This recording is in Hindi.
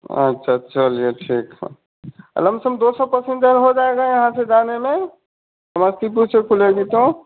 अच्छा चलिए ठीक है लम सम दो सौ पैसेन्जर हो जाएगा यहाँ से जाने में समस्तीपुर से खुलेगी तो